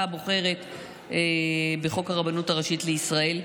הבוחרת בחוק הרבנות הראשית לישראל.